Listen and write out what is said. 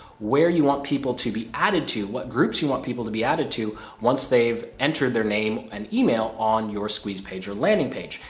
where you want people to be added to, what groups you want people to be added to once they've entered their name and email on your squeeze page or landing page.